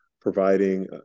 providing